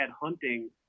hunting